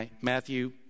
Matthew